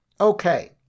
Okay